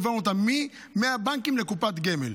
העברנו אותן מהבנקים לקופת גמל.